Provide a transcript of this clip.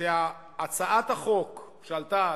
שהצעת החוק שעלתה,